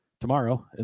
tomorrow